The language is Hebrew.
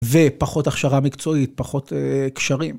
ופחות הכשרה מקצועית, פחות א... קשרים.